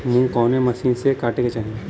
मूंग कवने मसीन से कांटेके चाही?